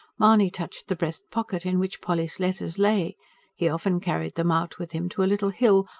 mahony touched the breast-pocket in which polly's letters lay he often carried them out with him to a little hill,